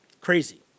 Crazy